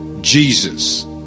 Jesus